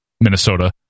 Minnesota